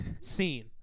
Scene